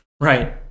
Right